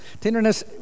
Tenderness